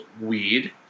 weed